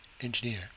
engineer